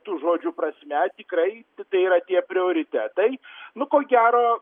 tų žodžių prasme tikrai tai yra tie prioritetai nu ko gero